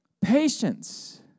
Patience